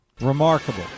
remarkable